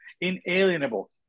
inalienable